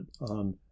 on